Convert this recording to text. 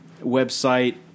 website